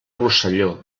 rosselló